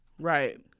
Right